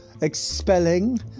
expelling